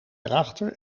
erachter